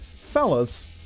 fellas